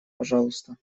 пожалуйста